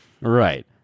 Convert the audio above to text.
Right